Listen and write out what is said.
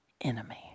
enemy